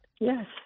yes